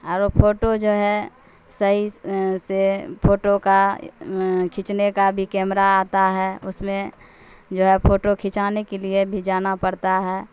اور وہ فوٹو جو ہے صحیح سے فوٹو کا کھیچنے کا بھی کیمرہ آتا ہے اس میں جو ہے فوٹو کھنچانے کے لیے بھی جانا پڑتا ہے